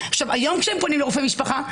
היום כשהם פונים לרופא משפחה,